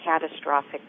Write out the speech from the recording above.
catastrophic